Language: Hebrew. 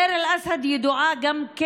דיר אל-אסד ידועה גם,